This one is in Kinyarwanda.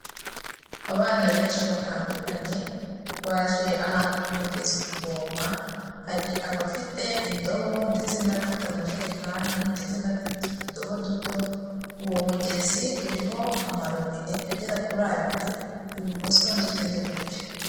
Abana benshi batandukanye baje ahantu ku mugezi kuvoma, hari abafite indobo ndetse n'abafite amajerekani ndetse n'abafite utudobo duto, uwo mugezi uriho amarobine agera kuri abiri ibumoso ndetse n'iburyo.